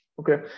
Okay